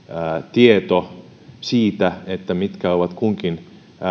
tieto siitä mitkä ovat kunkin